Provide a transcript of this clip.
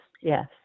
yes